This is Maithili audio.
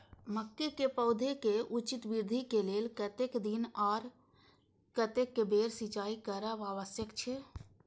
मके के पौधा के उचित वृद्धि के लेल कतेक दिन आर कतेक बेर सिंचाई करब आवश्यक छे?